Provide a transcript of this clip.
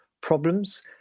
problems